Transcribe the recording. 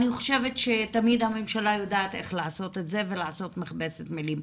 אז אני חושבת שתמיד הממשלה יודעת איך לעשות את זה ולעשות מכבסת מלים.